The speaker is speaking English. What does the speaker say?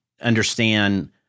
understand